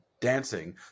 dancing